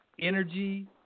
energy